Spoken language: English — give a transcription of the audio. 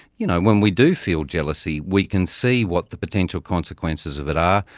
you know when we do feel jealousy, we can see what the potential consequences of it are,